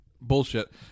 Bullshit